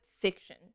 fiction